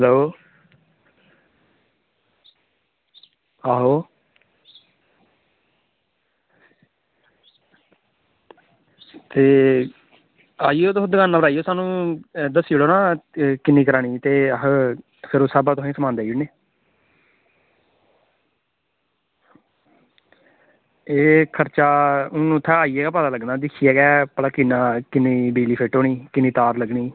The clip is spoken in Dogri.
हैल्लो आहो ते तुस आई जाओ तुस दकानां पर आई जाओ स्हानू दस्सी ओड़ो ना किन्नी करानीं ते अस उस साह्बा पर तुसेंगी सनांदे न ते खर्चा हून इत्थें आईयै गै पता लग्गनां ऐ दिक्खियै गै भला किन्नां किन्नी बिज़ली फिट्ट होनीं किन्नी तार लग्गनीं